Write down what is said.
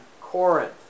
Corinth